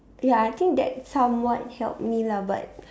ya I think that somewhat helped me lah but